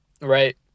Right